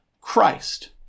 Christ